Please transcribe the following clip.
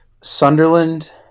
sunderland